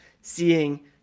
seeing